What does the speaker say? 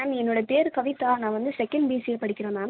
ma'am என்னோடய பேர் கவிதா நான் வந்து செகண்ட் பிசிஏ படிக்கிறேன் மேம்